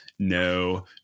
No